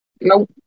Nope